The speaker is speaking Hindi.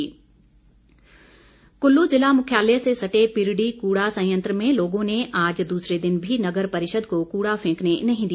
एनजीटी कुल्लू ज़िला मुख्यालय से सटे पिरडी कूड़ा संयंत्र में लोगों ने आज दूसरे दिन भी नगर परिषद को कूड़ा फैंकने नहीं दिया